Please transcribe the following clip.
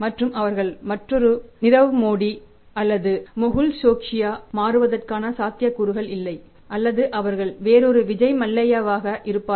மற்றும் அவர்கள் மற்றொரு நீரவ் மோடி இருப்பார்கள்